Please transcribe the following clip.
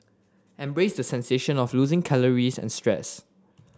embrace the sensation of losing calories and stress